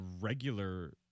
regular